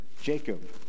Jacob